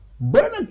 Burner